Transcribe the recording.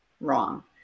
wrong